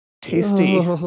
tasty